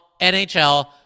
NHL